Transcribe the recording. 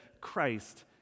Christ